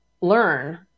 learn